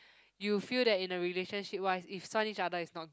you feel that in a relationship wise if each other is not good